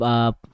up